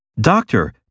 Doctor